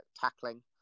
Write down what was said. tackling